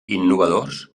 innovadors